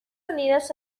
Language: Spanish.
unidos